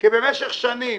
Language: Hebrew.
כי במשך שנים,